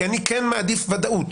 כי אני כן מעדיף וודאות,